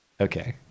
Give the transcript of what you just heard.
okay